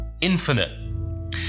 infinite